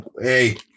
Hey